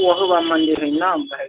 ढिब्रु बाबा मन्दिर हय नाम